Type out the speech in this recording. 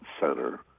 center